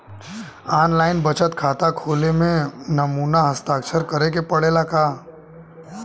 आन line बचत खाता खोले में नमूना हस्ताक्षर करेके पड़ेला का?